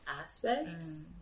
aspects